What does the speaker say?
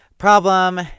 Problem